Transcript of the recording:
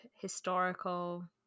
historical